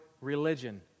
religion